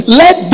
let